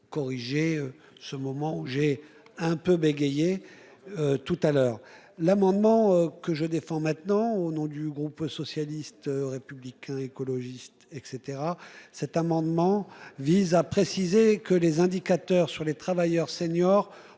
corriger ce moment où j'ai un peu bégayer. Tout à l'heure l'amendement que je défends maintenant au nom du groupe socialiste républicain écologiste et caetera, cet amendement vise à préciser que les indicateurs sur les travailleurs seniors